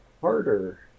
harder